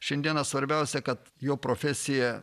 šiandieną svarbiausia kad jo profesija